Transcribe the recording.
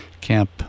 camp